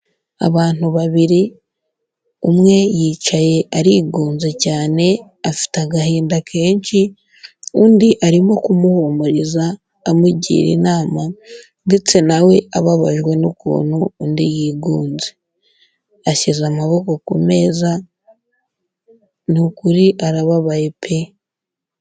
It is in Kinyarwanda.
Abantu babiri, umwe yicaye arigunze cyane, afite agahinda kenshi, undi arimo kumuhumuriza, amugira inama ndetse na we ababajwe n'ukuntu undi yigunze. Ashyize amaboko ku meza, ni ukuri arababaye pe!